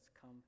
come